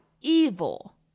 evil